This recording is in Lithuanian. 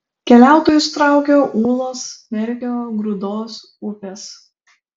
keliautojus traukia ūlos merkio grūdos upės